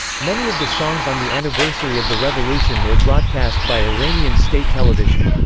many of the songs on the anniversary of the revolution were broadcast by iranian state television.